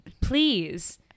please